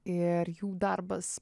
ir jų darbas